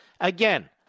Again